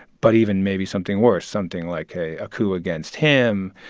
but even maybe something worse something like a ah coup against him.